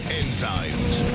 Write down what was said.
enzymes